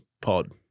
pod